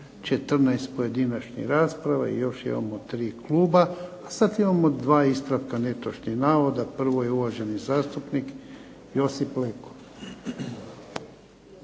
14 pojedinačnih rasprava i još imamo 3 kluba. Sada imamo dva ispravka netočnih navoda, prvo je uvaženi zastupnik Josip Leko.